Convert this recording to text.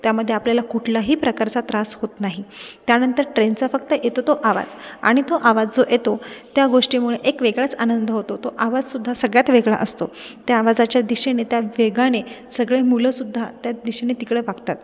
त्यामध्ये आपल्याला कुठल्याही प्रकारचा त्रास होत नाही त्यानंतर ट्रेनचा फक्त येतो तो आवाज आणि तो आवाज जो येतो त्या गोष्टीमुळे एक वेगळाच आनंद होतो तो आवाज सुद्धा सगळ्यात वेगळा असतो त्या आवाजाच्या दिशेने त्या वेगाने सगळी मुलंसुद्धा त्या दिशेने तिकडं बघतात